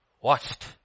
watched